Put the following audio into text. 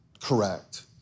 correct